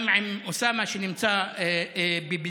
גם עם אוסאמה, שנמצא בבידוד.